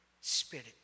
Spirit